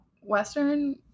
Western